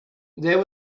there